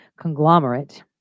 conglomerate